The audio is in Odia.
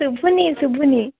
ଶୁଭୁନି ଶୁଭୁନି